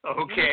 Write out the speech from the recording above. Okay